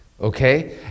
okay